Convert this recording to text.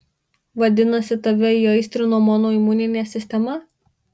vadinasi tave įaistrino mano imuninė sistema